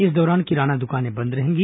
इस दौरान किराना दुकानें बंद रहेंगी